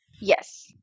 Yes